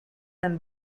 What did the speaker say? and